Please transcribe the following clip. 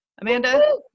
Amanda